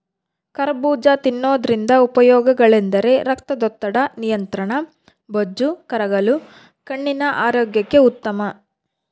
ಕರಬೂಜ ತಿನ್ನೋದ್ರಿಂದ ಉಪಯೋಗಗಳೆಂದರೆ ರಕ್ತದೊತ್ತಡದ ನಿಯಂತ್ರಣ, ಬೊಜ್ಜು ಕರಗಲು, ಕಣ್ಣಿನ ಆರೋಗ್ಯಕ್ಕೆ ಉತ್ತಮ